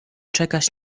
czekać